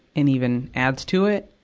and even adds to it